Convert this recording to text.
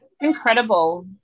Incredible